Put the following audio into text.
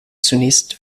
zunächst